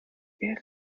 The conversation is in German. wäre